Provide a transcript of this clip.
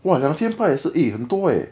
!wah! 两千八也是 eh 很多 leh